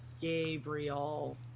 Gabriel